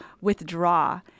withdraw